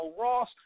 Ross